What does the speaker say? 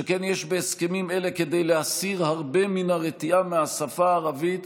שכן יש בהסכמים אלה כדי להסיר הרבה מן הרתיעה מהשפה הערבית,